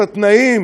את התנאים